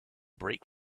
brake